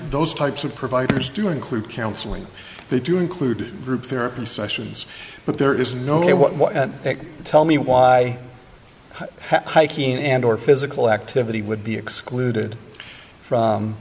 those types of providers do include counseling they do include group therapy sessions but there is no one tell me why hiking and or physical activity would be excluded from